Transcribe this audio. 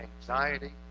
anxiety